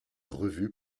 revu